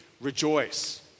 Rejoice